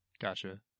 Gotcha